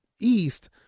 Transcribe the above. East